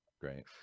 Great